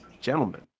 gentlemen